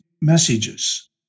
messages